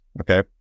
Okay